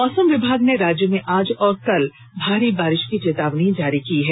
मौसम विभाग ने राज्य में आज और कल भारी बारिश की चेतावनी जारी की है